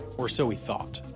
or so we thought.